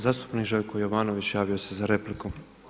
Zastupnik Željko Jovanović javio se za repliku.